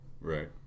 Right